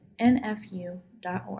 nfu.org